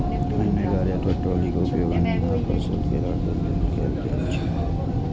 अन्न गाड़ी अथवा ट्रॉली के उपयोग अन्न आ फसल के राखै लेल कैल जाइ छै